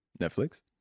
Netflix